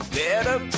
better